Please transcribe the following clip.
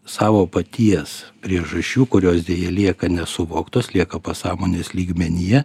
savo paties priežasčių kurios deja lieka nesuvoktos lieka pasąmonės lygmenyje